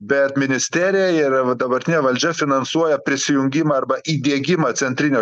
bet ministerija yra va dabartinė valdžia finansuoja prisijungimą arba įdiegimą centrinio